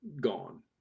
gone